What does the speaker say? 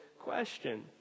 question